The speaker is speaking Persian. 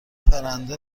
پرنده